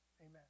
Amen